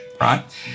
Right